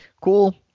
cool